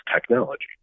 technology